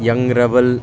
young rebel